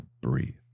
breathe